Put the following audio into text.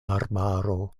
arbaro